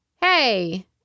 Hey